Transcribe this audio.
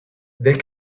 they